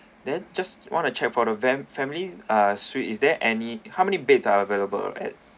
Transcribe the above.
then just want to check for the family family ah suite is there any how many beds are available at